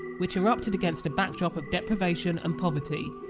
which erupted against a backdrop of deprivation and poverty,